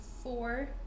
four